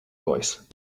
voice